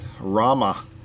Rama